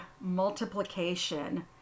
multiplication